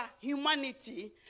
humanity